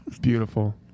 beautiful